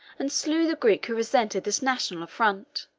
and slew the greek who resented this national affront